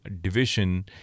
division